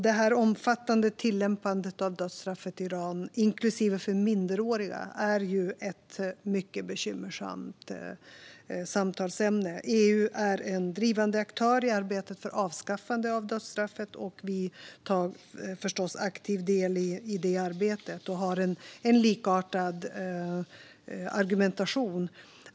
Denna omfattande tillämpning av dödsstraffet i Iran, inklusive för minderåriga, är ett mycket bekymmersamt samtalsämne. EU är en drivande aktör i arbetet för avskaffande av dödsstraffet. Vi tar förstås aktiv del i detta arbete och har en likartad argumentation.